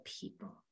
people